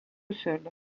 seules